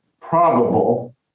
probable